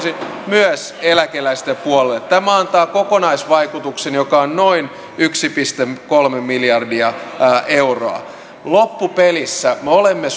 myös eläkeläisten puolelle tämä antaa kokonaisvaikutuksen joka on noin yksi pilkku kolme miljardia euroa loppupelissä me olemme